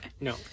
No